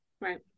right